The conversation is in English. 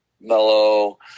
mellow